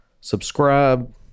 subscribe